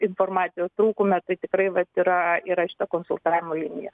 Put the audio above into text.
informacijos trūkume tai tikrai vat yra yra šita konsultavimo linija